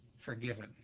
forgiven